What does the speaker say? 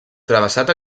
travessat